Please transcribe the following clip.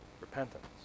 repentance